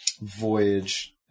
voyage